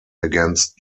against